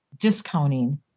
discounting